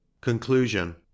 Conclusion